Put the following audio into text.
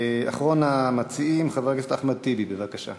אחרון המציעים, חבר הכנסת אחמד טיבי, בבקשה.